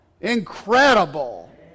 Incredible